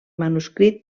manuscrit